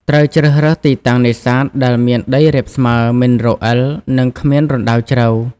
ត្រូវជ្រើសរើស ទីតាំងនេសាទ ដែលមានដីរាបស្មើ មិនរអិល និងគ្មានរណ្តៅជ្រៅ។